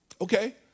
Okay